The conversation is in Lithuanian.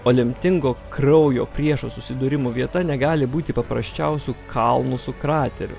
o lemtingo kraujo priešo susidūrimo vieta negali būti paprasčiausiu kalnu su krateriu